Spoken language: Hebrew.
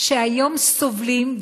שהיום סובלים,